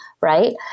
Right